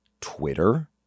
Twitter